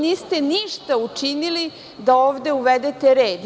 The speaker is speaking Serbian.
Niste ništa učinili da ovde uvedete red.